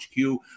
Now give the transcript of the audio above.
HQ